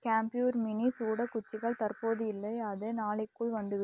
கேம்ப்யூர் மினி சூட குச்சிகள் தற்போது இல்லை அது நாளைக்குள் வந்து